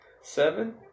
seven